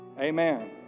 amen